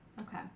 Okay